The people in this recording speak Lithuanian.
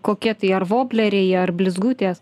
kokie tai ar vobleriai ar blizgutės